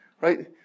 right